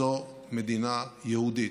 זאת מדינה יהודית.